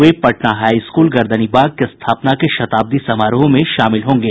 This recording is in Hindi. वे पटना हाईस्कूल गर्दनीबाग की स्थापना के शताब्दी समारोह में शामिल होंगे